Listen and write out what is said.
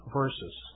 verses